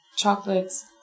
chocolates